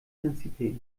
príncipe